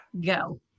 Go